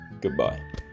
goodbye